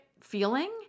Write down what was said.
feeling